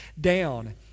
down